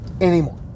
anymore